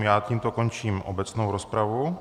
Já tímto končím obecnou rozpravu.